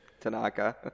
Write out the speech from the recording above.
Tanaka